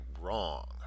wrong